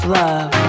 love